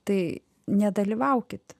tai nedalyvaukit